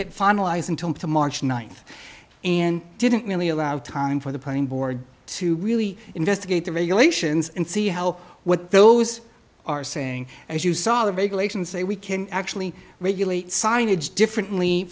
get finalized until the march ninth and didn't really allow time for the planning board to really investigate the regulations and see how what those are saying as you saw the regulations say we can actually regulate signage differently